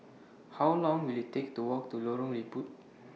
How Long Will IT Take to Walk to Lorong Liput